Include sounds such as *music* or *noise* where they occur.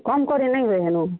କମ୍ କରେଇନାଇଁ *unintelligible* ହେଲୁ